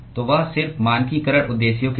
तो वह सिर्फ मानकीकरण उद्देश्यों के लिए